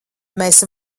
mēs